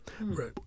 Right